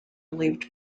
relieved